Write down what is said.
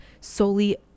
solely